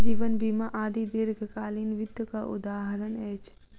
जीवन बीमा आदि दीर्घकालीन वित्तक उदहारण अछि